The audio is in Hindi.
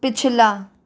पिछला